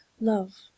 love